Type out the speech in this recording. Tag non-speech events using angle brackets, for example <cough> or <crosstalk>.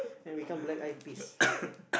then become Black-Eyed-Peas <laughs>